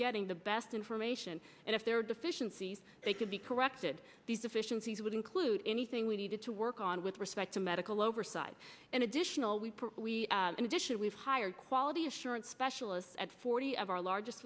getting the best information and if there are deficiencies they could be corrected these deficiencies would include anything we needed to work on with respect to medical oversight and additional we we in addition we have higher quality assurance specialists at forty of our largest